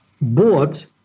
bought